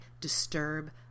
disturb